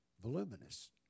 voluminous